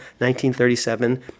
1937